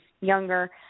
younger